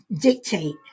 dictate